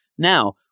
Now